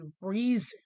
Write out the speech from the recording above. reason